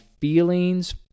feelings